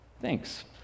Thanks